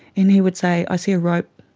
and he would say, i see a rope,